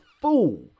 fool